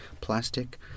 plastic